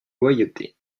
loyauté